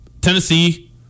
Tennessee